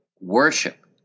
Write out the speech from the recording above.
worship